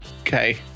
Okay